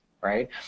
Right